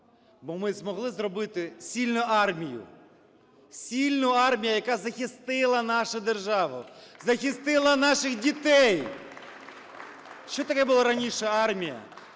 Бо ми змогли зробити сильну армію, сильну армію, яка захистила нашу державу, захистила наших дітей. (Оплески) Що таке була раніше армія?